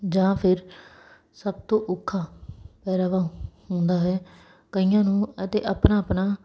ਜਾਂ ਫਿਰ ਸਭ ਤੋਂ ਔਖਾ ਪਹਿਰਾਵਾ ਹੁੰਦਾ ਹੈ ਕਈਆਂ ਨੂੰ ਅਤੇ ਆਪਣਾ ਆਪਣਾ